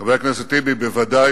חבר הכנסת טיבי, ודאי